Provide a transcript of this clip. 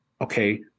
Okay